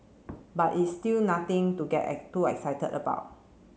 but it's still nothing to get too excited about